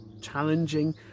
challenging